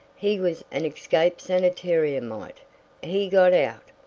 he was an escaped sanitariumite he got out,